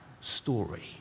story